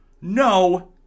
No